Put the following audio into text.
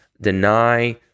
deny